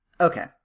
okay